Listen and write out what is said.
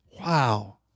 Wow